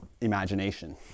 imagination